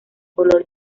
color